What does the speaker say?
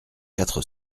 quatre